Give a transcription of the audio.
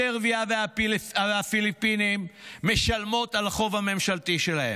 סרביה והפיליפינים משלמות על החוב הממשלתי שלהן.